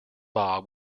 bob